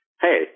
hey